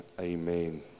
Amen